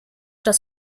das